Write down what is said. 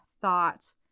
thought